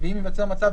ואם ייווצר מצב,